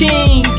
King